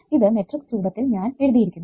ഇത് മെട്രിക്സ് രൂപത്തിൽ ഞാൻ എഴുതിയിരിക്കുന്നു